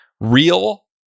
real